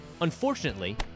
Unfortunately